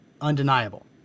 undeniable